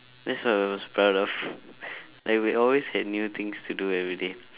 that's what I was proud of like we always had new things to do everyday